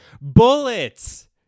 Bullets